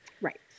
Right